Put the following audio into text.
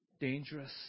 dangerous